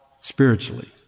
spiritually